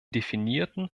definierten